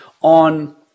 on